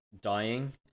dying